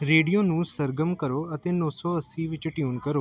radio ਨੂੰ ਸਰਗਰਮ ਕਰੋ ਅਤੇ ਨੌ ਸੌ ਅੱਸੀ ਵਿੱਚ ਟਿਊਨ ਕਰੋ